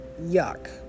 yuck